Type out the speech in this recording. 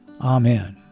Amen